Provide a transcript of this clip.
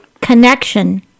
Connection